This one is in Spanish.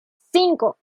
cinco